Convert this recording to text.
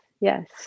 yes